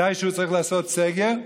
מתישהו צריך לעשות סגר,